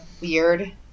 weird